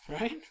Right